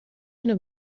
اینو